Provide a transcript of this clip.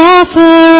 offer